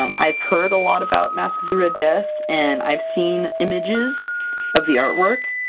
um i've heard a lot about masque of the red death, and i've seen images of the artwork,